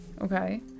Okay